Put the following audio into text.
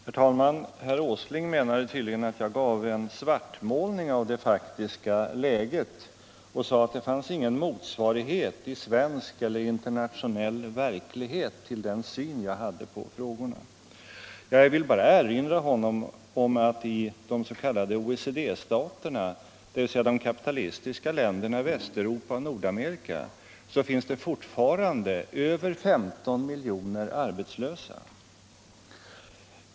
Herr talman! Herr Åsling menade tydligen att jag gjorde en svartmålning av det faktiska läget, och han sade att det inte finns någon motsvarighet i svensk eller internationell verklighet till den syn jag hade på frågorna. Jag vill bara erinra honom om att i de s.k. OECD-staterna, dvs. de kapitalistiska länderna i Västeuropa och Nordamerika, finns det fortfarande över 15 miljoner arbetslösa.